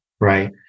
right